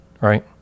right